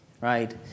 right